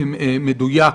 מדויק,